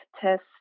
test